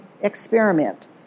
experiment